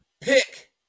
pick